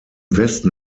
westen